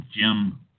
Jim